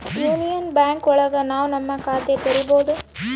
union Bank ಒಳಗ ನಾವ್ ನಮ್ ಖಾತೆ ತೆರಿಬೋದು